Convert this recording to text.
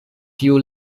tiu